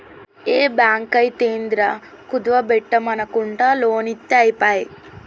ఏ బాంకైతేందిరా, కుదువ బెట్టుమనకుంట లోన్లిత్తె ఐపాయె